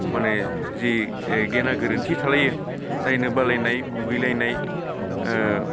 माने जि ओइ गेना गोरोन्थि थालायो नायनो बालायनाय मुगैलायनाय